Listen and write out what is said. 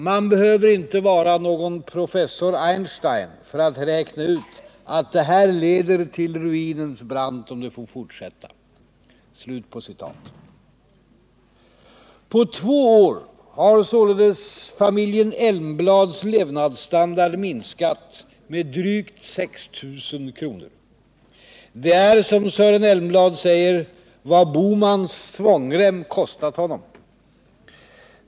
Man behöver inte vara någon professor Einstein för att räkna ut att det här leder till ruinens brant om det får fortsätta.” På två år har således familjen Elmblads levnadsstandard minskat med drygt 6 000 kr. Det är, som Sören Elmblad säger, vad Bohmans svångrem kostat honom.